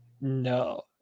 No